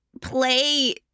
play